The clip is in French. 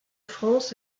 france